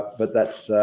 but that's,